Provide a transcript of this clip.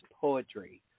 poetry